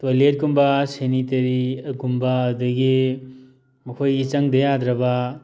ꯇꯣꯏꯂꯦꯠꯀꯨꯝꯕ ꯁꯦꯅꯤꯇꯔꯤꯀꯨꯝꯕ ꯑꯗꯨꯗꯒꯤ ꯃꯈꯣꯏꯒꯤ ꯆꯪꯗꯕ ꯌꯥꯗ꯭ꯔꯕ